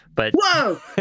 Whoa